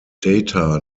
data